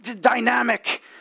dynamic